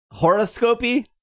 Horoscopy